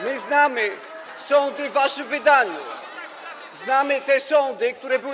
My znamy sądy w waszym wydaniu, znamy te sądy, które były.